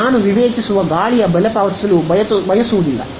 ನಾನು ವಿವೇಚಿಸುವ ಗಾಳಿಯ ಬೆಲೆಪಾವತಿಸಲು ಬಯಸುವುದಿಲ್ಲ